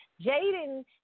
Jaden